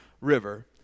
River